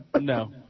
No